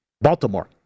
Baltimore